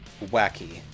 Wacky